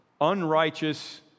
unrighteous